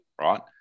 right